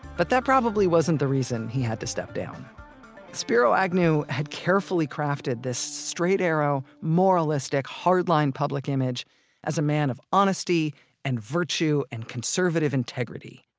but that probably wasn't the reason he had to step down spiro agnew had carefully crafted this straight arrow, moralistic, hard line public image as a man of honesty and virtue and conservative integrity.